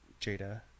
Jada